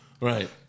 Right